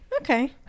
okay